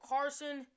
Carson